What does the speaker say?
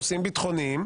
נושאים ביטחוניים,